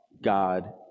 God